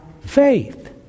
faith